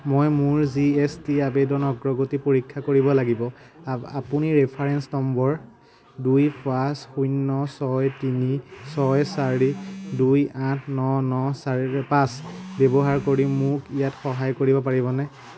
মই মোৰ G S T আবেদনৰ অগ্ৰগতি পৰীক্ষা কৰিব লাগিব আপুনি ৰেফাৰেন্স নম্বৰ দুই পাঁচ শূন্য ছয় তিনি ছয় চাৰি দুই আঠ ন ন চাৰি পাঁচ ব্যৱহাৰ কৰি মোক ইয়াত সহায় কৰিব পাৰিবনে